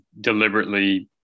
deliberately